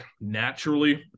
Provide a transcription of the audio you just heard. naturally